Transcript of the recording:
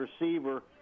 receiver